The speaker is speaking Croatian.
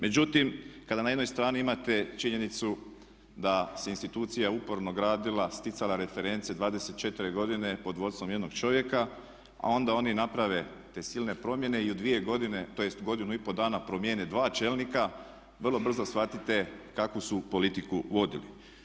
Međutim, kada na jednoj strani imate činjenicu da se institucija uporno gradila, sticala reference 24 godine pod vodstvom jednog čovjeka, a onda oni naprave te silne promjene i u 2 godine, tj. u 1,5 dana promijene dva čelnika, vrlo brzo shvatite kakvu su politiku vodili.